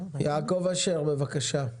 יעקב אשר, בבקשה.